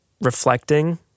reflecting